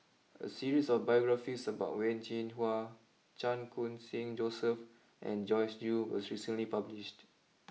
a series of biographies about Wen Jinhua Chan Khun sing Joseph and Joyce Jue was recently published